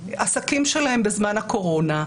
העסקים שלהם בזמן הקורונה,